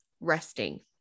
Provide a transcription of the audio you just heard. resting